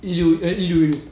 一六 eh 一六一六